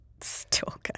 Stalker